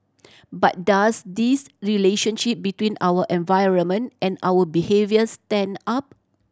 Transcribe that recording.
but does this relationship between our environment and our behaviour stand up